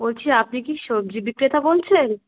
বলছি আপনি কি সবজি বিক্রেতা বলছেন